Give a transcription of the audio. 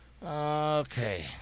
Okay